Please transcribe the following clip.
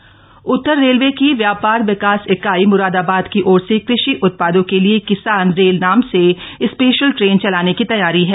किसान ट्रेन उत्तर रेलवे की व्यापार विकास इकाई म्रादाबाद की ओर से कृषि उत्पादों के लिए किसान रेल नाम से स्पेशल ट्रेन चलाने की तैयारी है